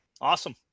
Awesome